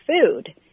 food